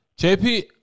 JP